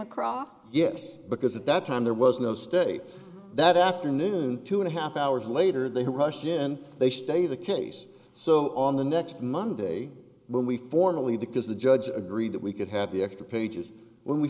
across yes because at that time there was no state that afternoon two and a half hours later they rushed in they stay the case so on the next monday when we formally because the judge agreed that we could have the extra pages when we